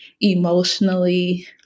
emotionally